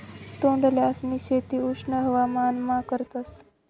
तोंडल्यांसनी शेती उष्ण हवामानमा करतस